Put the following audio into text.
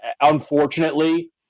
Unfortunately